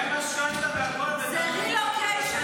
זה רילוקיישן